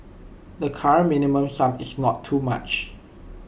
the current minimum sum is not too much